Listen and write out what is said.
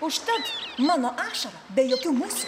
užtat mano ašara be jokių musių